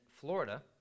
Florida